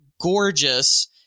gorgeous –